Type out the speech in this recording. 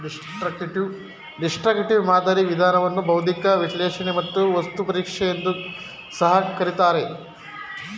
destructive ಮಾದರಿ ವಿಧಾನವನ್ನು ಬೌದ್ಧಿಕ ವಿಶ್ಲೇಷಣೆ ಮತ್ತು ವಸ್ತು ಪರೀಕ್ಷೆ ಎಂದು ಸಹ ಕರಿತಾರೆ